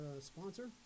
sponsor